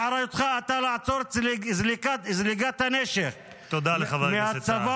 באחריותך לעצור את זליגת הנשק מהצבא